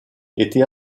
était